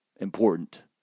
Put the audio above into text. important